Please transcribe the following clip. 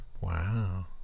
wow